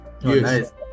Yes